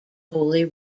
holy